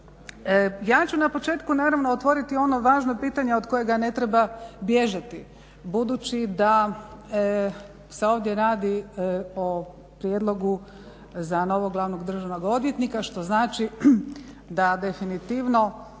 Ja ću na početku naravno otvoriti ono važno pitanje od kojega ne treba bježati budući da se ovdje radi o prijedlogu za novog glavnog državnog odvjetnika što znači da definitivno